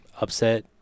upset